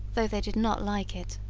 though they did not like it.